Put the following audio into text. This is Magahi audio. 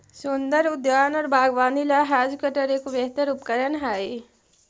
सुन्दर उद्यान और बागवानी ला हैज कटर एक बेहतर उपकरण हाई